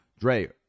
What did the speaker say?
Dre